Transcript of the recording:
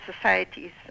societies